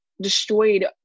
destroyed